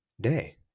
day